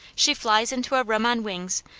she flies into a room on wings,